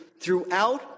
throughout